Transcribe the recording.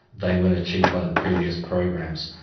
they weren't achieved by the previous programs,